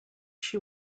she